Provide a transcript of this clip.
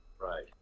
Right